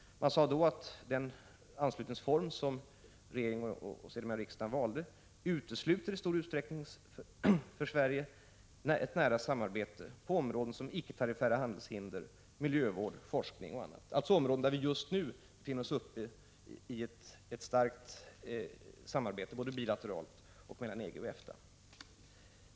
Moderaterna sade då att den anslutningsform som regeringen och sedermera också riksdagen valde skulle komma att utesluta ett nära samarbete för Sverige på områden som t.ex. icke-tariffära handelshinder, miljövård, forskning och annat, alltså områden där vi just nu befinner oss i ett intensivt samarbete både bilateralt och mellan EG och EFTA.